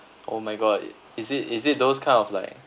oh my god it is it is it those kind of like